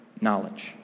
knowledge